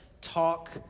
talk